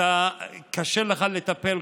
קשה לך לטפל,